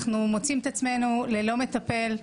אנחנו מוצאים את עצמנו ללא מטפל.